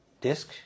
disk